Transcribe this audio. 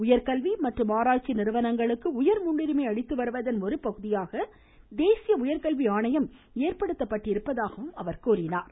உயர்கல்வி மற்றும் ஆராய்ச்சி நிறுவனங்களுக்கு உயர் முன்னுரிமை அளித்து வருவதன் ஒருபகுதியாக தேசிய உயர்கல்வி ஆணையம் ஏற்படுத்தப்பட்டிருப்பதாகவும் அவர் கூறினார்